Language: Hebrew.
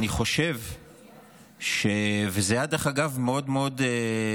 דרך אגב, זה היה מאוד מאוד בולט